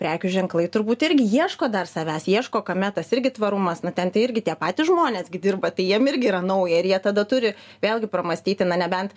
prekių ženklai turbūt irgi ieško dar savęs ieško kame tas irgi tvarumas na ten irgi tie patys žmonės gi dirba tai jiem irgi yra nauja ir jie tada turi vėlgi pramąstyti na nebent